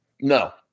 No